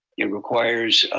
it requires